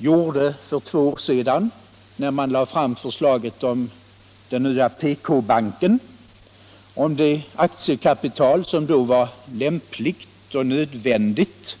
gjorde för två år sedan, när den lade fram förslaget om den nya PK-banken och om det aktiekapital som då angavs vara lämpligt och nödvändigt.